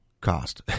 cost